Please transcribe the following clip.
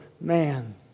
man